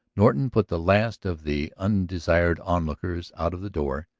norton put the last of the undesired onlookers out of the door,